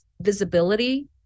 visibility